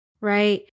right